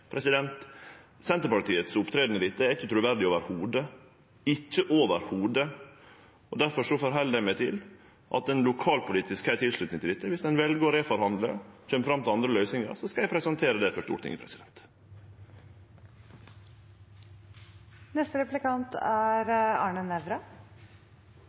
er ikkje i det heile truverdig – ikkje i det heile – og difor held eg meg til at det er lokalpolitisk tilslutning til dette. Dersom ein vel å reforhandle og kjem fram til andre løysingar, skal eg presentere det for Stortinget.